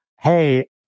Hey